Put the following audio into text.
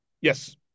Yes